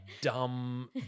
dumb